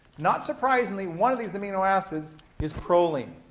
not surprisingly, one of these amino acids is proline,